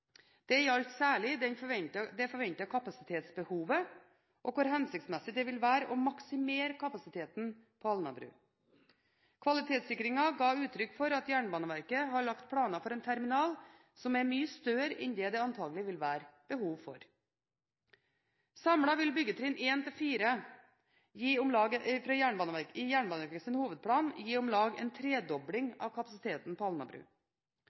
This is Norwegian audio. Det gjaldt særlig det forventede kapasitetsbehovet og hvor hensiktsmessig det vil være å maksimere kapasiteten på Alnabru. Kvalitetssikringen ga uttrykk for at Jernbaneverket har lagt planer for en terminal som er mye større enn det antakelig vil være behov for. Samlet vil byggetrinn 1–4 i Jernbaneverkets hovedplan gi om lag en tredobling av kapasiteten på Alnabru. Byggetrinn 1 vil alene gi om lag en dobling av kapasiteten på